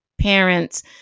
parents